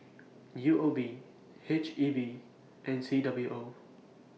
U O B H E B and C W O